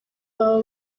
baba